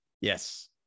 Yes